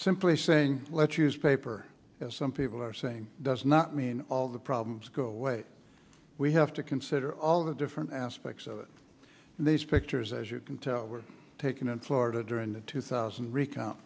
simply saying let's use paper as some people are saying does not mean all the problems go away we have to consider all the different aspects of these pictures as you can tell we're taking in florida during the two thousand recount